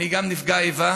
אני גם נפגע איבה.